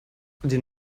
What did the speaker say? den